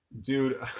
dude